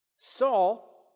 Saul